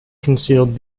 concealed